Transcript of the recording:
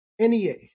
NEA